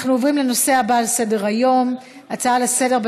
אנחנו עוברים לנושא הבא על סדר-היום: הצעות לסדר-היום